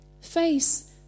Face